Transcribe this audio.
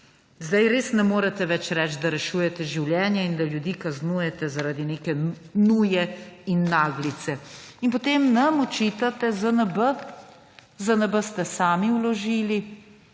Zdaj res ne morete več reči, da rešujete življenja in da ljudi kaznujete zaradi neke nuje in naglice. In potem nam očitate ZNB. ZNB ste sami vložili